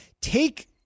take-